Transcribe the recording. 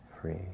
free